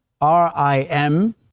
R-I-M